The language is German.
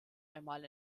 einmal